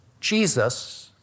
Jesus